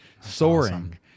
soaring